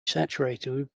saturated